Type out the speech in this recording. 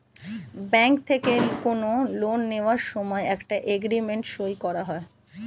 bank থেকে কোনো loan নেওয়ার সময় একটা এগ্রিমেন্ট সই করা হয়